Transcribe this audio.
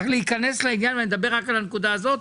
צריך להיכנס לעניין, ואני מדבר רק על הנקודה הזאת.